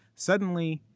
suddenly,